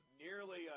nearly